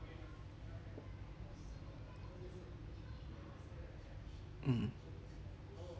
mm